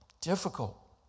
difficult